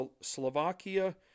Slovakia